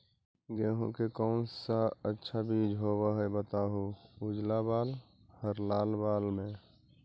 गेहूं के कौन सा अच्छा बीज होव है बताहू, उजला बाल हरलाल बाल में?